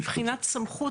מבחינת סמכות,